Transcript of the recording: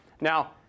Now